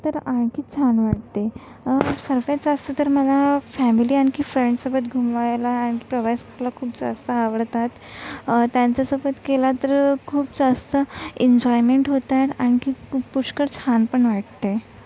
तर आणखी छान वाटते सर्वा त जास्त तर मला फॅमिली आणखी फ्रेंडसोबत घुमायला आणि प्रवास करायला खूप जास्त आवडतात त्यांचंसोबत गेला तर खूप जास्त इन्झॉयमेन्ट होत आहे आणखी पु पुष्कळ छान पण वाटते